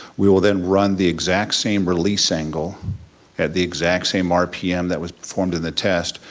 we will then run the exact same release angle at the exact same rpm that was performed in the test,